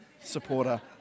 supporter